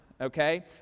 Okay